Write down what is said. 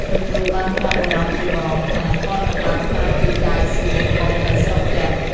លោកគ្រូបានប្រាប់បុរសជាបងថាគាត់នឹងបានក្លាយជាចៅសួធំនៅស្រុកចិន។